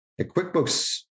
QuickBooks